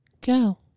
go